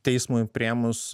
teismui priėmus